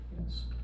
Yes